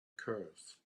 curse